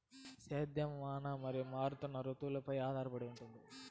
సేద్యం వాన మరియు మారుతున్న రుతువులపై ఆధారపడి ఉంటుంది